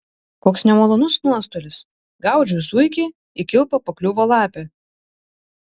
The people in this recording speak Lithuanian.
koks nemalonus nuostolis gaudžiau zuikį į kilpą pakliuvo lapė